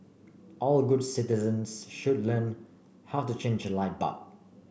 all good citizens should learn how to change a light bulb